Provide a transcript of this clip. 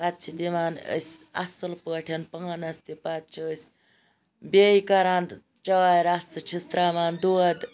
پَتہٕ چھِ دِوان أسۍ اَصل پٲٹھۍ پانَس تہِ پَتہٕ چھِ أسۍ بیٚیہِ کَران چاے رَسہٕ چھِس تراوان دۄد